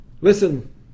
Listen